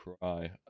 cry